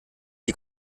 die